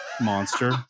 monster